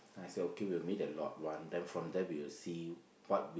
then I say okay we will meet a lot one then from there we will see what